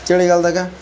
ಚಳಿಗಾಲದಾಗೆ